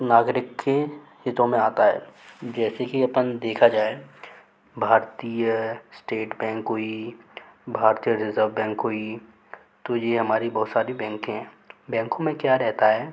नागरिक के हितों में आता है जैसे कि अपन देखा जाए भारतीय इस्टेट बैंक हुई भारतीय जनता बैंक हुई तो ये हमारे बहुत सारी बैंक हैं बैंकों में क्या रहता है